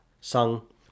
sung